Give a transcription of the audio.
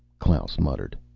klaus muttered.